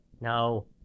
No